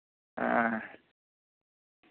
ᱮᱸ